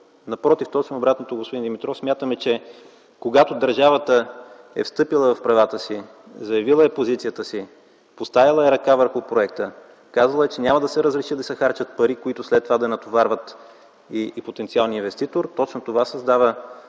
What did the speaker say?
напротив, точно обратното, господин Димитров, смятаме, че когато държавата е встъпила в правата си, заявила е позицията си, поставила е ръка върху проекта, казала е, че няма да се разреши да се харчат пари, които след това да натоварват и потенциалния инвеститор, точно това създава